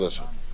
בבקשה.